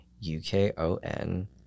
u-k-o-n